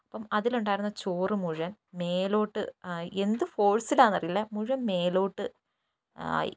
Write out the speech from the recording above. അപ്പം അതിലുണ്ടായിരുന്ന ചോറ് മുഴുവൻ മേലോട്ട് എന്ത് ഫോഴ്സിലാണെന്നറിയില്ല മുഴുവൻ മേലോട്ട് ആയി